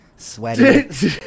sweaty